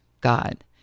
God